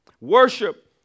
Worship